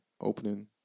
opening